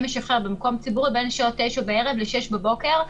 משכר במקום ציבורי בין השעות 9:00 בערב ל-6:00 בבוקר.